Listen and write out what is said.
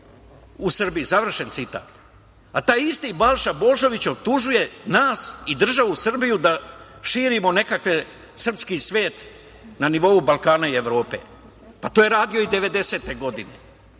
u Srbiji, završen citat. Taj isti Balša Božović optužuje nas i državu Srbiju da širimo nekakav srpski svet na nivou Balkana i Evrope. Pa, to je radio i 1990. godine,